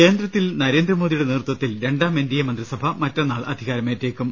കേന്ദ്രത്തിൽ നരേന്ദ്രമോദിയുടെ നേതൃത്തിൽ രണ്ടാം എൻ ഡി എ മന്ത്രി സഭ മറ്റന്നാൾ അധികാരമേറ്റേക്കും